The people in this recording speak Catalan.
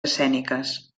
escèniques